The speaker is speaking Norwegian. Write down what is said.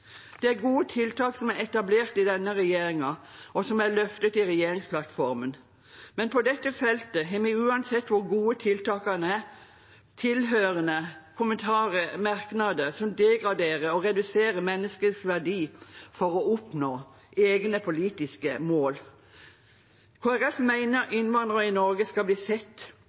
Det er gode tiltak som er etablert i denne regjeringen, og som er løftet i regjeringsplattformen, men på dette feltet har vi – uansett hvor gode tiltakene er – tilhørende merknader som degraderer og reduserer menneskets verdi, for å oppnå egne politiske mål. Kristelig Folkeparti mener innvandrere i Norge skal bli sett,